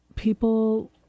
People